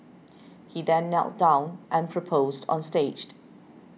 he then knelt down and proposed on staged